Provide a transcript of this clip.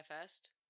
first